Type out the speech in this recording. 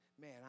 Man